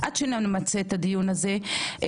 עד שנמצה את הדיון הזה,